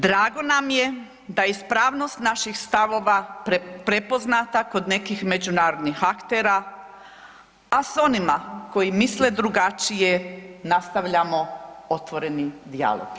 Drago nam je da ispravnost naših stavova prepoznata kod nekih međunarodnih aktera, a s onima koji misle drugačije nastavljamo otvoreni dijalog.